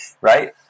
right